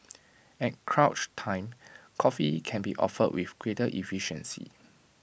at crunch time coffee can be offered with greater efficiency